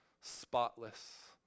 spotless